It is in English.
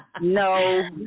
no